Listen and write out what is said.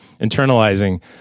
internalizing